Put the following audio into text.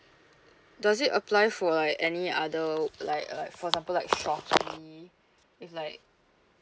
does it apply for like any other like like for example like shopee if like